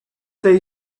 they